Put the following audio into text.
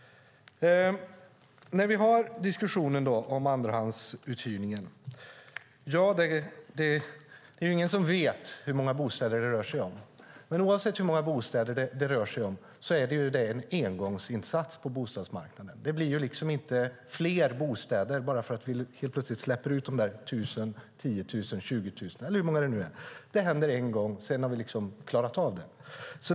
När vi hör diskussionen om andrahandsuthyrningen är det ingen som vet hur många bostäder det rör sig om. Men oavsett hur många bostäder det rör sig om är det en engångsinsats på bostadsmarknaden. Det blir ju liksom inte fler bostäder bara för att vi helt plötsligt släpper ut de där 1 000, 10 000, 20 000 eller hur många det nu är. Det händer en gång, och sedan har vi liksom klarat av det.